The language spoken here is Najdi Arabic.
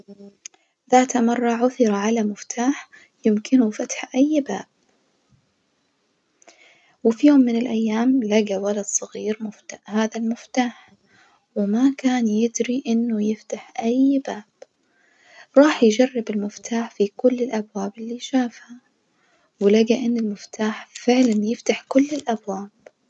ذات مرة، عثر على مفتاح يمكنه فتح أي باب، وفي يوم من الأيام لجي ولد صغير مفت- هذا المفتاح، وما كان يدري إنه كان يفتح أي باب راح يجرب المفتاح في كل الأبواب الشافها ولجى إن المفتاح فعلًا يفتح كل الأبواب.